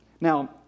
Now